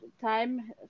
time